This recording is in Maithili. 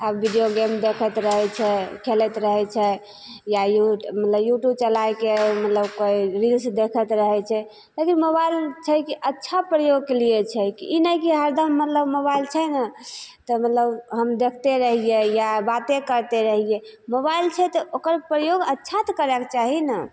आब विडियो गेम देखैत रहय छै खेलैत रहय छै या युट्युब युट्युब चला कऽ मतलब कोइ रील्स देखैत रह छै लेकिन मोबाइल छै की अच्छा प्रयोगके लिये छै कि नहि कि हरदम मतलब मोबाइल छै ने तऽ मतलब हम देखते रहियै या बाते करते रहियै मोबाइल छै तऽ ओकर प्रयोग अच्छा तऽ करैके चाही ने